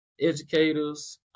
educators